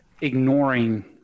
ignoring